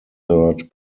third